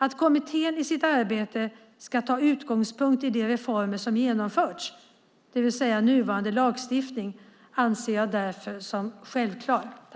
Att kommittén i sitt arbete ska ta sin utgångspunkt i de reformer som genomförts, det vill säga nuvarande lagstiftning, anser jag därför som självklart.